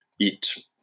eat